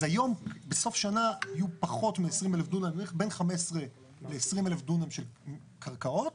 בסוף שנה יהיו בין 15,000 ל-20,000 דונם של קרקעות.